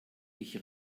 ich